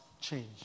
change